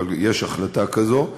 אבל יש החלטה כזאת,